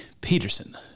peterson